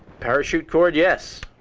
parachute cord, yes.